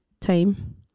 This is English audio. time